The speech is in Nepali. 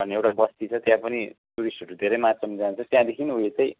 भन्ने एउटा बस्ती छ त्यहाँ पनि टुरिस्टहरू धेरै मात्रामा जान्छ त्यहाँदेखि उयो चाहिँ